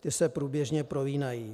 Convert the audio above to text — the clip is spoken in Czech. Ty se průběžně prolínají.